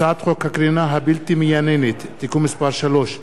הצעת חוק הקרינה הבלתי-מייננת (תיקון מס' 3)